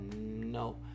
No